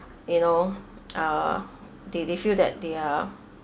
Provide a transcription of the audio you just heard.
you know uh they they feel that they are